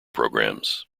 programs